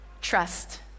trust